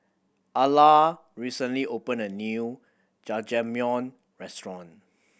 Alla recently opened a new Jajangmyeon Restaurant